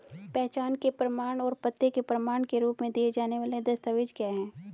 पहचान के प्रमाण और पते के प्रमाण के रूप में दिए जाने वाले दस्तावेज क्या हैं?